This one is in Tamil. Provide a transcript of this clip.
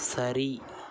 சரி